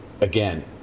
again